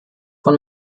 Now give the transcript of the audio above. der